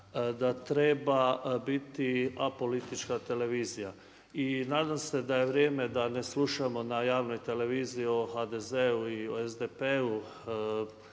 da treba biti apolitička televizija. I nadam se da je vrijeme da ne slušamo na javnoj televiziji o HDZ-u i o SDP-u,